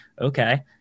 okay